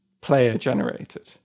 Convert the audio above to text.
player-generated